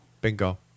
Bingo